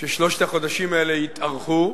ששלושת החודשים האלה התארכו,